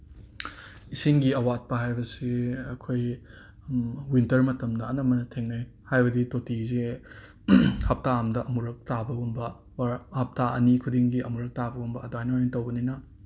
ꯏꯁꯤꯡꯒꯤ ꯑꯋꯥꯠꯄ ꯍꯥꯏꯕꯁꯤ ꯑꯩꯈꯣꯏ ꯋꯤꯟꯇꯔ ꯃꯇꯝꯗ ꯑꯅꯝꯕꯅ ꯊꯦꯡꯅꯩ ꯍꯥꯏꯕꯗꯤ ꯇꯣꯇꯤꯁꯦ ꯍꯞꯇꯥ ꯑꯃꯗ ꯑꯃꯨꯛꯇꯪ ꯇꯥꯕꯒꯨꯝꯕ ꯑꯣꯔ ꯍꯞꯇꯥ ꯑꯅꯤ ꯈꯨꯗꯤꯡꯒꯤ ꯑꯃꯔꯛ ꯇꯥꯕꯒꯨꯝꯕ ꯑꯗꯨꯃꯥꯏꯅ ꯑꯣꯏ ꯇꯧꯕꯅꯤꯅ